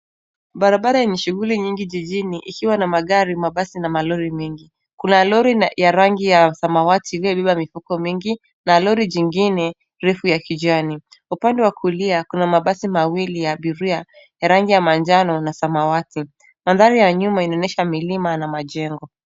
Barabara yenye shughuli nyingi jijini ikiwa na magari, mabasi na malori mengi. Kuna lori ya rangi ya samawati lililobeba mifuko mingi na Lori jingine refu ya kijani. Upande wa kulia kuna mabasi mawili ya abiria ya rangi ya manjano na samawati. Mandhari ya nyuma inaonyesha milima na majengo.